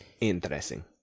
interesting